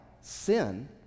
sin